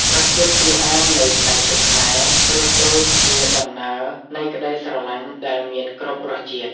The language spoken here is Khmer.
រសជាតិជូរអែមនៃផ្លែឈើខ្មែរ ប្រៀបដូចជាដំណើរនៃក្តីស្រឡាញ់ដែលមានគ្រប់រសជាតិ។